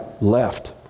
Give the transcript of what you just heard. left